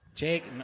Jake